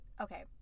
Okay